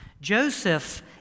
Joseph